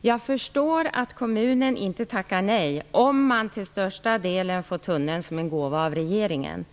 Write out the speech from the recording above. jag förstår att kommunen inte tackar nej om man till största delen får tunneln som en gåva av regeringen.